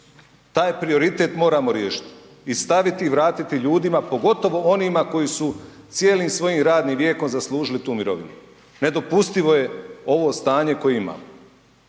taj prioritet moramo riješiti i staviti i vratiti ljudima, pogotovo onima koji su cijelim svojim radnim vijekom zaslužili tu mirovinu. Nedopustivo je ovo stanje koje imamo.